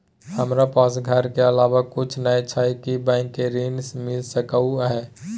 हमरा पास घर के अलावा कुछ नय छै ई बैंक स ऋण मिल सकलउ हैं?